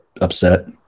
upset